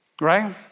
Right